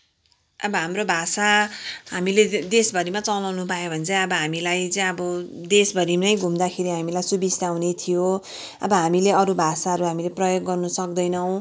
अब हाम्रो भाषा हामीले देश भरिमा चलाउनु पायो भने चाहिँ अब हामीलाई चाहिँ अब देश भरि मै घुम्दा हामीलाई सुबिस्ता हुने थियो अब हामीले अरू भाषाहरू हामीले प्रयोग गर्न सक्दैनौँ